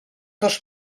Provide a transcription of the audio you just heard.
dos